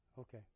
okay